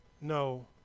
no